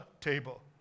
table